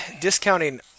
discounting